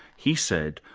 he said,